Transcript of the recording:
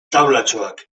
taulatxoak